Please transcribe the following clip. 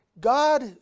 God